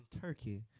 turkey